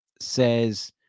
says